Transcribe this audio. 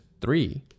three